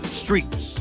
streets